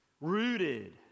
rooted